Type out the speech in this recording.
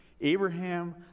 Abraham